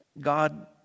God